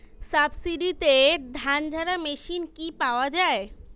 সাবসিডিতে ধানঝাড়া মেশিন কি পাওয়া য়ায়?